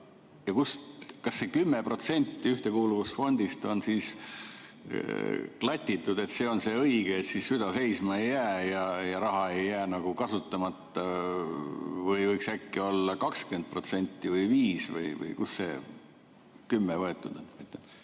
Kas see 10% ühtekuuluvusfondist on siis niimoodi klatitud, et see on see õige, siis süda seisma ei jää ja raha ei jää kasutamata, või võiks äkki olla 20% või 5%? Kust see 10% võetud on?